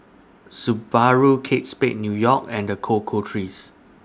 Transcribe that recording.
Subaru Kate Spade New York and The Cocoa Trees